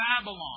Babylon